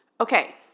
Okay